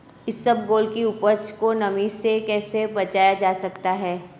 इसबगोल की उपज को नमी से कैसे बचाया जा सकता है?